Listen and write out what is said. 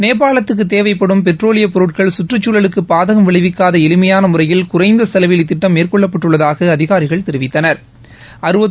நேபாளத்துக்குத் தேவைப்படும் பெட்ரோலியப் பொருட்கள் கற்றுக்குழலுக்கு பாதகம் விளைவிக்காத எளிமையாள முறையில் குறைந்த செலவில் இத்திட்டம் மேற்கொள்ளப்பட்டுள்ளதாக அதிகாரிகள் தொவித்தனா்